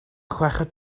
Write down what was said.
chweched